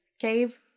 cave